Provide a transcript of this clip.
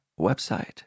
website